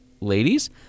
ladies